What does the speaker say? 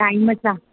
time सां